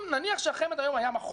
אם החמ"ד היום היה מחוז,